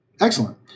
Excellent